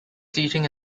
seating